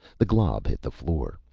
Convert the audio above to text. the glob hit the floor,